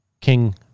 King